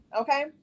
Okay